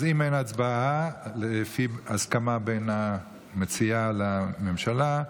אז אם אין הצבעה, לפי הסכמה בין המציעה לממשלה,